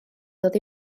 dod